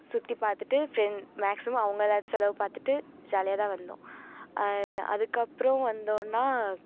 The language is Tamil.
சுற்றி பார்த்துட்டு ஃப்ரெண்ட் மேக்ஸிமம் அவங்க தான் செலவு பார்த்துட்டு ஜாலியாக தான் வந்தோம் அதுக்கப்புறம் வந்தோன்னால்